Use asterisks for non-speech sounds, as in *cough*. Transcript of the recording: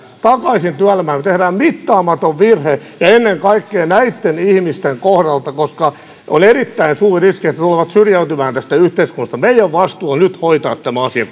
takaisin työelämään niin tehdään mittaamaton virhe ja ennen kaikkea näitten ihmisten kohdalta koska on erittäin suuri riski että he tulevat syrjäytymään tästä yhteiskunnasta meidän vastuumme on nyt hoitaa tämä asia *unintelligible*